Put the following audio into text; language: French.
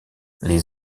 les